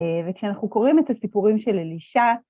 וכשאנחנו קוראים את הסיפורים של אלישע...